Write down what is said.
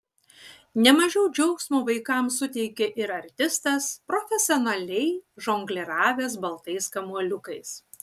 ne mažiau džiaugsmo vaikams suteikė ir artistas profesionaliai žongliravęs baltais kamuoliukais